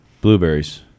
blueberries